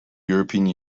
european